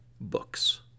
books